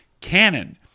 Canon